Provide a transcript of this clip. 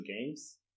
games